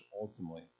ultimately